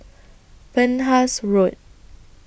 Penhas Road